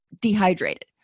dehydrated